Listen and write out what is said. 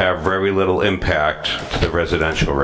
have very little impact to residential